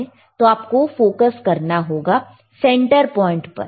तो आपको फोकस करना होगा सेंटर पॉइंट पर